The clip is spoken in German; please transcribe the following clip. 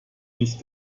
nicht